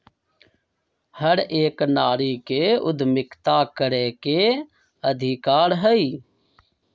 हर एक नारी के उद्यमिता करे के अधिकार हई